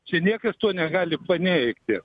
čia niekas to negali paneigti